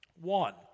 One